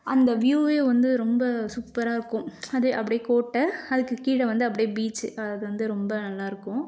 அந்த வ்யூவே வந்து ரொம்ப சூப்பராக இருக்கும் அது அப்படியே கோட்டை அதுக்கு கீழே வந்து அப்படியே பீச் அது வந்து ரொம்ப நல்லாயிருக்கும்